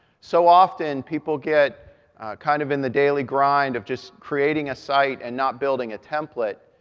so often, people get kind of in the daily grind of just creating a site and not building a template,